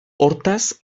hortaz